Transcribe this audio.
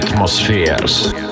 atmospheres